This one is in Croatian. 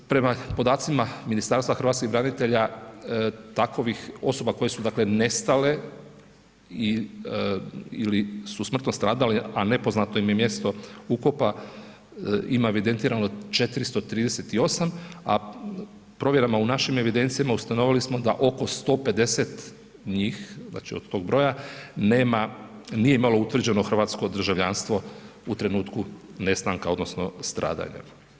Prema podacima Ministarstva hrvatskih branitelja, takovih osoba koje su, dakle nestale i ili su smrtno stradale, a nepoznato im je mjesto ukopa, ima evidentirano 438, a provjerama u našim evidencijama ustanovili smo da oko 150 njih, znači od tog broja, nema, nije imalo utvrđeno hrvatsko državljanstvo u trenutku nestanka, odnosno stradanja.